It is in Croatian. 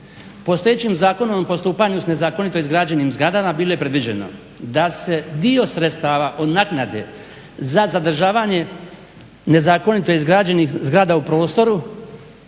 Postojećim zakonom o postupanju s nezakonito izgrađenim zgradama bilo je predviđeno da se dio sredstava od naknade za zadržavanje nezakonito izgrađenih zgrada u prostoru